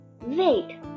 Wait